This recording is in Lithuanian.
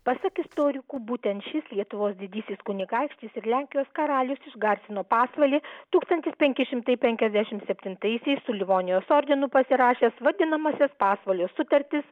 pasak istorikų būtent šis lietuvos didysis kunigaikštis ir lenkijos karalius išgarsino pasvalį tūkstantis penki šimtai penkiasdešimt septintaisiais su livonijos ordinu pasirašęs vadinamąsias pasvalio sutartis